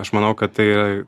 aš manau kad tai